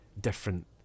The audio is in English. different